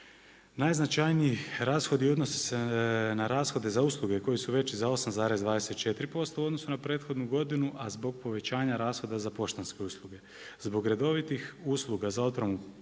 Najznačajniji rashodi odnose se na rashode za usluge koji su veći za 8,24% u odnosu na prethodnu godinu, a zbog povećanja rashoda za poštanske usluge. Zbog redovitih usluga za otpremu